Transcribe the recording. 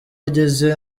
ageze